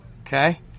Okay